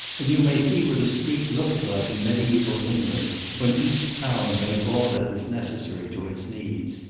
and you may see what a street looked like in medieval england when each town made all that was neces sary to its needs.